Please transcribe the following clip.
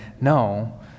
no